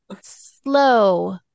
slow